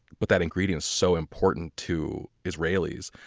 but that ingredient is so important to israelis.